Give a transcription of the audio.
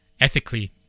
ethically